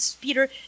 Peter